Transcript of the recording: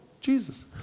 Jesus